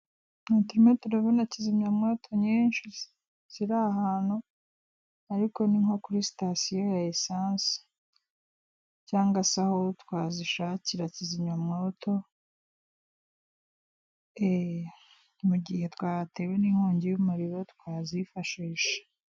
Turimo turabona kizimyamwoto nyinshi ziri ahantu, ariko ni nko kuri sitasiyo ya esanse cyangwa se aho twazishakita kizimyamwoto mu gihe twatewe n'inkongi y'umuriro twazifashisha.